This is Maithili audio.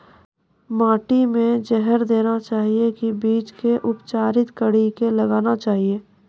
माटी मे जहर देना चाहिए की बीज के उपचारित कड़ी के लगाना चाहिए?